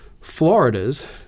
Florida's